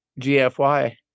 GFY